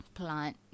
plant